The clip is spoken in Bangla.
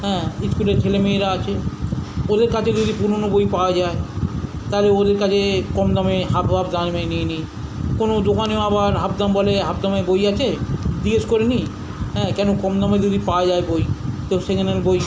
হ্যাঁ স্কুলের ছেলে মেয়েরা আছে ওদের কাছে যদি পুরনো বই পাওয়া যায় তাহলে ওদের কাছে কাম দামে হাফ হাফ দামে নিয়ে নিই কোনো দোকানেও আবার হাফ দাম বলে হাফ দামে বই আছে জিজ্ঞেস করে নিই হ্যাঁ কেন কম দামে যদি পাওয়া যায় বই তো সেখানে আমি বই